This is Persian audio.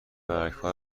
برگها